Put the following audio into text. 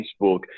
Facebook